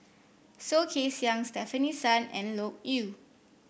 Soh Kay Siang Stefanie Sun and Loke Yew